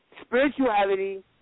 Spirituality